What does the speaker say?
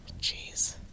Jeez